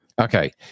Okay